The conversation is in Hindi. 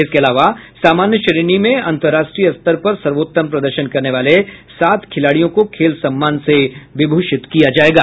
इसके अलावा सामान्य श्रेणी में अंतरराष्ट्रीय स्तर पर सर्वोत्तम प्रदर्शन करने वाले सात खिलाड़ियों को खेल सम्मान से विभूषित किया जायेगा